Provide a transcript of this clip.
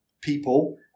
people